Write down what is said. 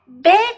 big